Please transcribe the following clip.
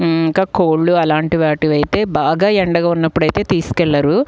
ఇంక కోళ్ళు అలాంటివి అయితే బాగా ఎండగా ఉన్నప్పుడు అయితే తీసుకుని వేళ్ళరు